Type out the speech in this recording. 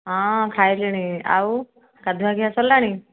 ହଁ ଖାଇଲିଣି ଆଉ ଗାଧୁଆ ଖିଆ ସରିଲାଣି